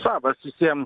labas visiem